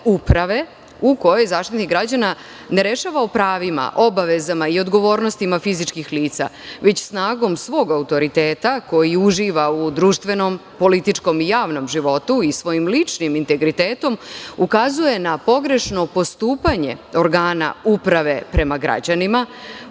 u kojoj Zaštitnik građana ne rešava o pravima, obavezama i odgovornostima fizičkih lica, već snagom svog autoriteta koji uživa u društvenom, političkom i javnom životu, i svojim ličnim integritetom ukazuje na pogrešno postupanje organa uprave prema građanima,